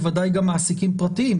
בוודאי גם מעסיקים פרטיים.